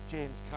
James